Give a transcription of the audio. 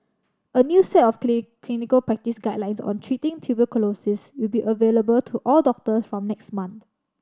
a new set of clinical practice guidelines on treating tuberculosis will be available to all doctors from next month